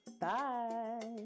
Bye